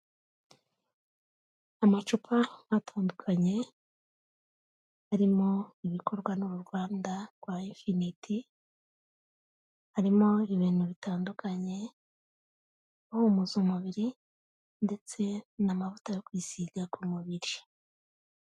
Amacupa atandukanye arimo ibikorwa n'uruganda rwa infinite, harimo ibintu bitandukanye ibihumuza umubiri ndetse n'amavuta yo kwisiga ku mubiri.